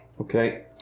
Okay